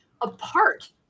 apart